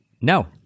No